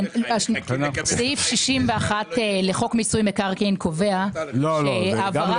סעיף 61 לחוק מיסוי מקרקעין קובע שהעברה